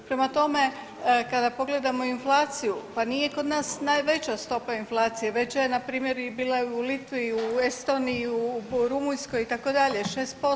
Prema tome, kada pogledamo inflaciju pa nije kod nas najveća stopa inflacije, veća je na primjer bila je i u Litvi u Estoniji u Rumunjskoj itd. 6%